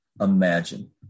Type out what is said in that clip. imagine